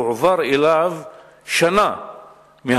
הועבר אליו לפני שנה מהיום,